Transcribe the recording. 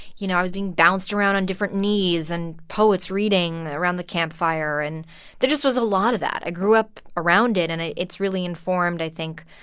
you know, i was being bounced around on different knees and poets reading around the campfire and there just was a lot of that. i grew up around it. and it's really informed, i think,